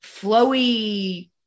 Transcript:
flowy